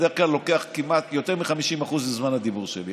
בדרך כלל אתה לוקח יותר מ-50% מזמן הדיבור שלי.